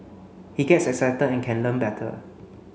he gets excited and can learn better